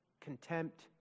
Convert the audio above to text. contempt